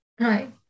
Right